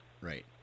right